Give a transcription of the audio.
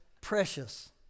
precious